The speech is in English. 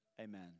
Amen